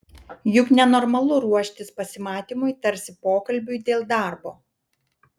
juk nenormalu ruoštis pasimatymui tarsi pokalbiui dėl darbo